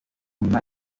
nyuma